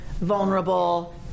vulnerable